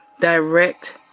direct